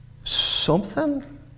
Something